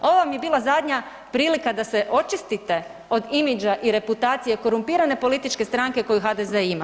Ovo vam je bila zadnja prilika da se očistite od imagea i reputacije korumpirane političke stranke koju HDZ-e ima.